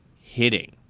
hitting